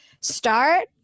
start